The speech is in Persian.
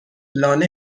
لانه